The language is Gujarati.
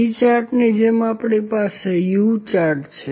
C ચાર્ટની જેમ આપણી પાસે U ચાર્ટ છે